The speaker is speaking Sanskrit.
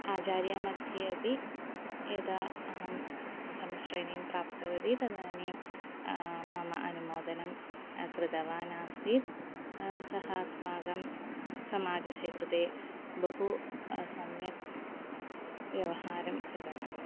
आचार्यामध्ये अपि यदा अहं समश्रेणीं प्राप्तवती तदानीं मम अनुमोदनं कृतवानासीत् सः अस्माकं समाजस्य कृते बहु सम्यक् व्यवहारं कृतवान्